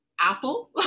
Apple